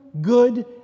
good